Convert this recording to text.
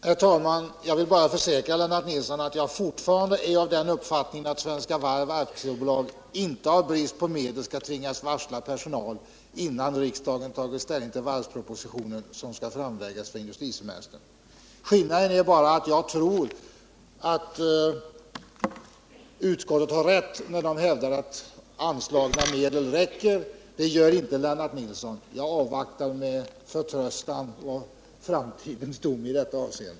Herr talman! Jag vill bara försäkra Lennart Nilsson att jag fortfarande är av den uppfattningen att Svenska Varv AB inte av brist på medel skall tvingas varsla personal innan riksdagen tagit ställning till varvspropositionen, som skall framläggas till industrisemestern. Skillnaden är bara att jag tror att utskottet har rätt när det hävdar att anslagna medel räcker. Det gör inte Lennart Nilsson. Jag avvaktar med förtröstan framtidens dom i detta avseende.